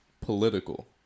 political